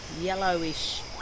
yellowish